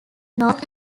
north